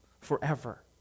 forever